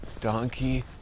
donkey